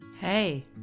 Hey